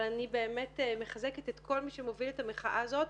אבל אני באמת מחזקת את כל מי שמוביל את המחאה הזאת.